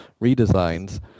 redesigns